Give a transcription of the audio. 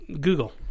google